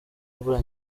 imvura